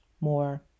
more